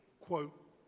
quote